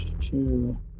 Two